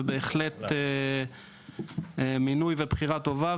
ובהחלט מינוי ובחירה טובה,